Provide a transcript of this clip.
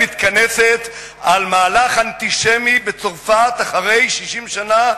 מתכנסת על מהלך אנטישמי בצרפת אחרי 60 שנה,